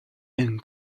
and